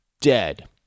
dead